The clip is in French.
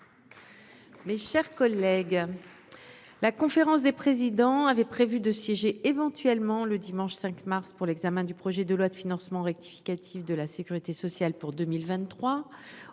Mes chers collègues. La conférence des présidents, avaient prévu de siéger éventuellement le dimanche 5 mars pour l'examen du projet de loi de financement rectificatif de la Sécurité sociale pour 2023.